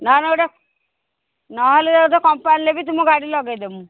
ନହେଲେ ଗୋଟେ ନହେଲେ ଗୋଟେ କମ୍ପାନିରେବି ତୁମ ଗାଡ଼ି ଲଗେଇଦେବୁ